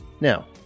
Now